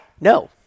No